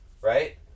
right